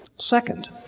Second